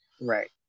right